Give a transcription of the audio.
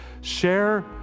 share